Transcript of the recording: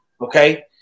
okay